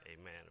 Amen